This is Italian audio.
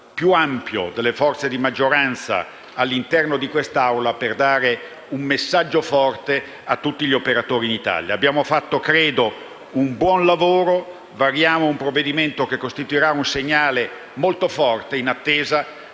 più ampio delle forze di maggioranza all'interno di quest'Aula, per dare un messaggio forte a tutti gli operatori d'Italia. Abbiamo fatto, credo, un buono lavoro: variamo un provvedimento che costituirà un segnale molto forte, in attesa